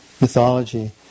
mythology